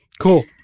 cool